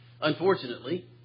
Unfortunately